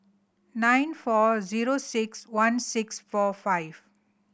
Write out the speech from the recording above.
nine four zero six one six four five